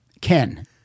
Ken